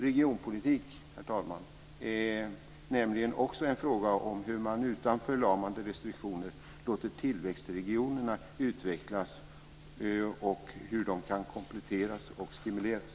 Regionalpolitik, herr talman, är nämligen också en fråga om hur man utan förlamande restriktioner låter tillväxtregionerna utvecklas och hur de kan kompletteras och stimuleras.